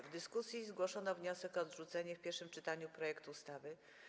W dyskusji zgłoszono wniosek o odrzucenie w pierwszym czytaniu projektu ustawy.